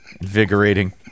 Invigorating